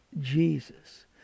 Jesus